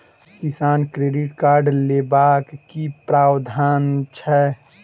किसान credit card लेबाक की प्रावधान छै?